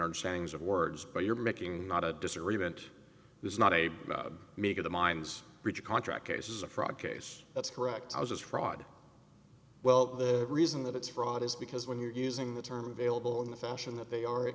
understandings of words but you're making not a disagreement there's not a about making the mind's breach of contract cases a fraud case that's correct i was just fraud well the reason that it's fraud is because when you're using the term available in the fashion that they are it